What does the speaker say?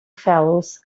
fellows